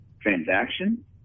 transaction